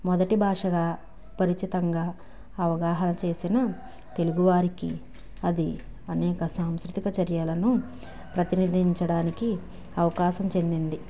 మొదటి భాషగా పరిచితంగా అవగాహన చేసిన తెలుగు వారికి అది అనేక సాంస్కృతిక చర్యలను ప్రతిపాదించడానికి అవకాశం చెందింది